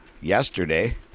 yesterday